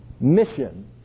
Mission